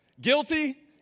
Guilty